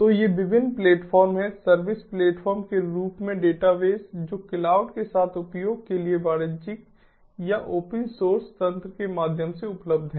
तो ये विभिन्न प्लेटफॉर्म हैं सर्विस प्लेटफॉर्म के रूप में डेटाबेस जो क्लाउड के साथ उपयोग के लिए वाणिज्यिक या ओपन सोर्स तंत्र के माध्यम से उपलब्ध हैं